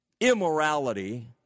immorality